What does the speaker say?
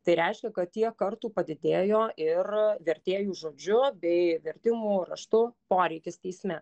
tai reiškia kad tiek kartų padidėjo ir vertėjų žodžiu bei vertimų raštu poreikis teisme